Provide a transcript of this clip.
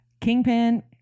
Kingpin